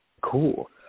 cool